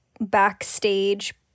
backstage